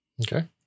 Okay